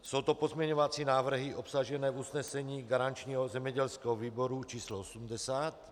Jsou to pozměňovací návrhy obsažené v usnesení garančního zemědělského výboru č. 80.